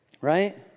Right